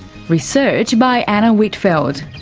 research by anna whitfeld,